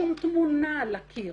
שום תמונה על הקיר.